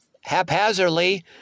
haphazardly